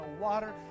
water